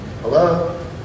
Hello